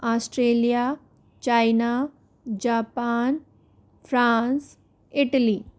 Australia China Japan France Italy